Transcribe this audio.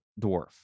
dwarf